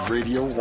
Radio